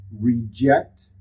reject